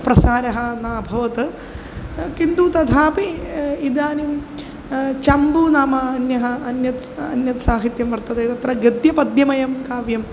प्रसारः न अभवत् किन्तु तथापि इदानीं चम्पू नाम अन्यः अन्यत् अन्यत् साहित्यं वर्तते तत्र गद्यपद्यमयं काव्यं